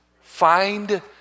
Find